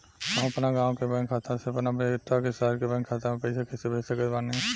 हम अपना गाँव के बैंक खाता से अपना बेटा के शहर के बैंक खाता मे पैसा कैसे भेज सकत बानी?